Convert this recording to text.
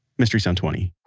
mystery sound twenty